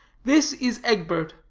this is egbert,